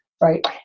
right